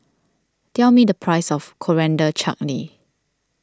tell me the price of Coriander Chutney